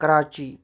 Karachi